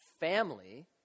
Family